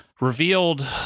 revealed